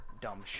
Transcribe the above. dumb